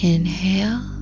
Inhale